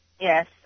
Yes